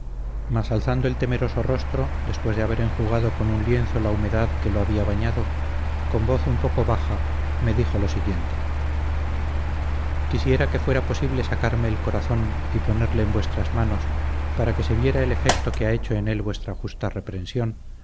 mas alzando el temeroso rostro después de haberse enjugado con un lienzo la humedad que lo había bañado con voz un poco baja me dijo lo siguiente quisiera que fuera posible sacarme el corazón y ponerle en vuestras manos para que se viera el efecto que ha hecho en él vuestra justa reprehensión